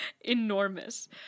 enormous